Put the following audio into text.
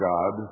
God